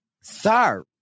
sir